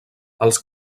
els